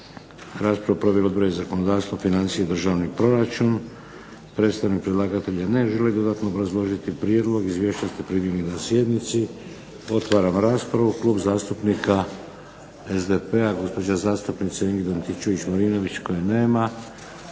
Raspravu su proveli Odbori za zakonodavstvo, financije i državni proračun. Predstavnik predlagatelja ne želi dodatno obrazložiti prijedlog. Izvješća ste primili na sjednici. Otvaram raspravu. Klub zastupnika SDP-a, gospođa zastupnica Ingrid Antičević-Marinović koje nema.